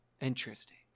Interesting